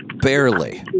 barely